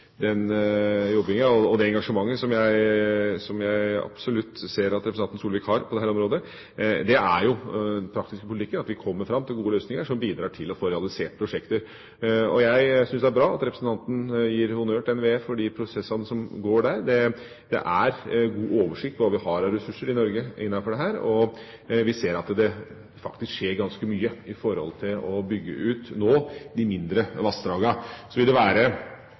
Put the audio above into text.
den jobbinga og det engasjementet som jeg absolutt ser at representanten Solvik-Olsen har på dette området, er den praktiske politikken, at vi kommer fram til gode løsninger som bidrar til å få realisert prosjekter. Jeg syns det er bra at representanten gir honnør til NVE for de prosessene som går der. Det er god oversikt over hva vi har av ressurser i Norge innenfor dette, og vi ser at det faktisk skjer ganske mye for å bygge ut de mindre vassdragene nå. Så vil det være